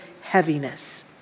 heaviness